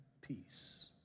peace